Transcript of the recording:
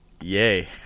yay